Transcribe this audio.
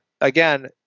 again